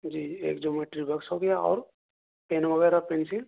جی ایک geometry box ہو گیا اور پین وغیرہ پینسل